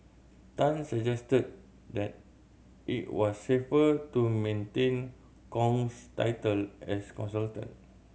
Tan suggested that it was safer to maintain Kong's title as consultant